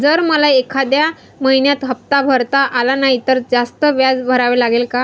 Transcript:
जर मला एखाद्या महिन्यात हफ्ता भरता आला नाही तर जास्त व्याज भरावे लागेल का?